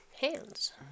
hands